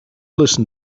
listen